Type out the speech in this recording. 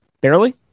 Barely